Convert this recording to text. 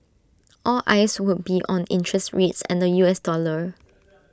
all eyes would be on interest rates and the U S dollar